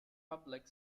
public